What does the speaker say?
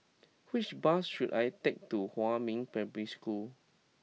which bus should I take to Huamin Primary School